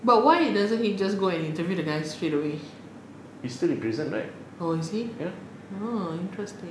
but why he doesn't he go and interview the guy straightaway oh is he oh interesting